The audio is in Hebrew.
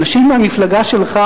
האנשים מהמפלגה שלך,